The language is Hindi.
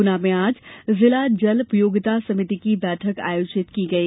गुना में आज जिला जल उपयोगिता समिति की बैठक आयोजित की गई